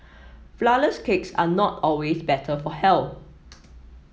flourless cakes are not always better for health